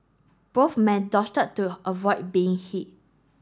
both men to avoid being hit